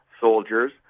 Soldiers